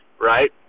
right